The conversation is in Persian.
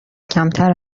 کمتر